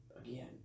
Again